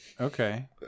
Okay